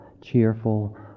cheerful